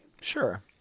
Sure